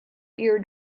ear